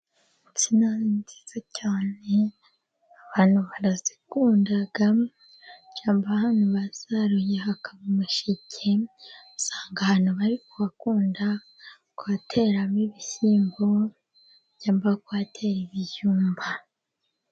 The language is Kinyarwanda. Insina ni nziza cyane, abantu barazikunda cyangwa ahantu basaruye hakaba umushike, usanga abantu bari kuhakunda kuhateramo ibishyimbo cyangwa kuhatera ibijumba.